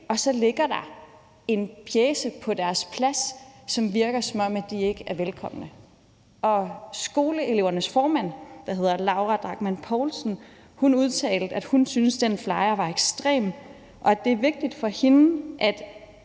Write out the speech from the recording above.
og så ligger der en pjece på deres plads, som virker, som om de ikke er velkomne. Og skoleelevernes formand, der hedder Laura Drachmann Poulsen, udtalte, at hun syntes, den flyer var ekstrem, og at det er vigtigt for hende, at